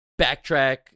backtrack